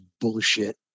bullshit